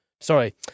Sorry